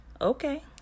Okay